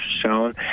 shown